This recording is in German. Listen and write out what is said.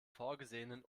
vorgesehenen